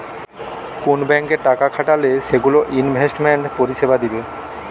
কুন ব্যাংকে টাকা খাটালে সেগুলো ইনভেস্টমেন্ট পরিষেবা দিবে